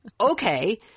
Okay